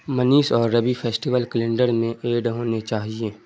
منیش اور Ravi festival calendar میں add ہونے چاہئیں